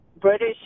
British